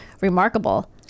remarkable